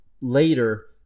Later